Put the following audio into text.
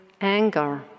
anger